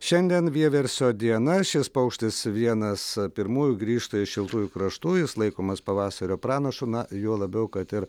šiandien vieversio diena šis paukštis vienas pirmųjų grįžta iš šiltųjų kraštų jis laikomas pavasario pranašu na juo labiau kad ir